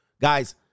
Guys